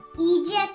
Egypt